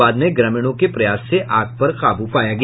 बाद में ग्रामीण के प्रयास से आग पर काबू पाया गया